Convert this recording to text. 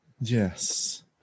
yes